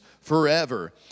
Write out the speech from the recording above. forever